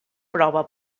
prova